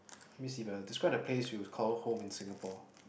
let me see whether describe the place you call home in Singapore